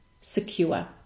secure